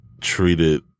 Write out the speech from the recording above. treated